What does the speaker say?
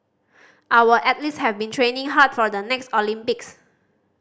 our athletes have been training hard for the next Olympics